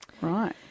Right